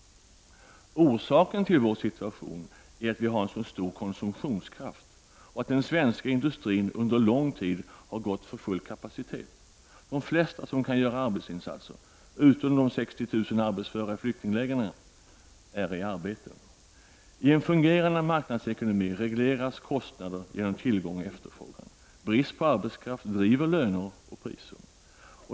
Orsaken till vår situation är att vi har en så stor konsumtionskraft och att den svenska industrin under lång tid har gått för full kapacitet. De flesta som kan göra arbetsinsatser, utom de 60 000 arbetsföra i flyktingförläggningarna, är i arbete. I en fungerande marknadsekonomi regleras kostnader genom tillgång och efterfrågan. Brist på arbetskraft driver upp löner och priser.